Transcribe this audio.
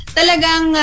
talagang